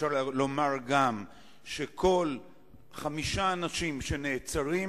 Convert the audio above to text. אפשר גם לומר שמכל חמישה אנשים שנעצרים,